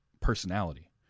personality